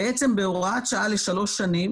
בעצם, בהוראת שעה לשלוש שנים